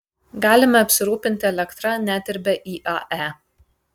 galime apsirūpinti elektra net ir be iae